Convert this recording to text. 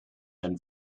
and